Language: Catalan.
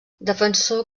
defensor